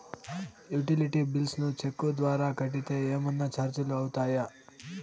Utility bills ను cheque ద్వారా కట్టితే ఏమన్నా చార్జీలు అవుతాయా?